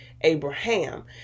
Abraham